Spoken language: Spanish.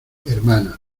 hermana